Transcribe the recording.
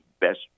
best